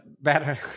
better